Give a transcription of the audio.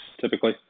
typically